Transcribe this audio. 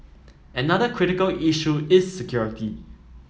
another critical issue is security